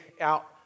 out